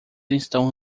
estão